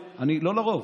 לא לרוב,